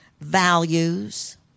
values